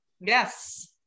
yes